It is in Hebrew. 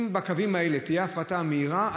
אם בקווים האלה תהיה הפרטה מהירה,